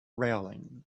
railing